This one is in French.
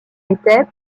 était